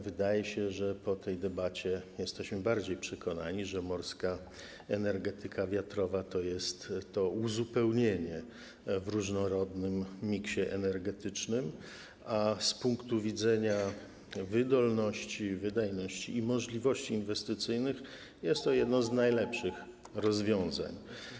Wydaje się, że po tej debacie jesteśmy bardziej przekonani, że morska energetyka wiatrowa to jest uzupełnienie w różnorodnym miksie energetycznym, a z punktu widzenia wydolności, wydajności i możliwości inwestycyjnych jest jednym z najlepszych rozwiązań.